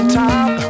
top